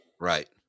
Right